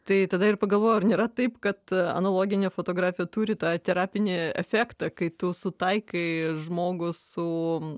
tai tada ir pagalvojau ar nėra taip kad analoginė fotografija turi tą terapinį efektą kai tu sutaikai žmogų su